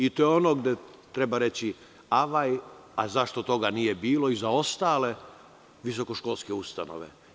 I to je ono gde treba reći - avaj, a zašto toga nije bilo i za ostale visokoškolske ustanove?